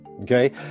okay